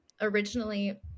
originally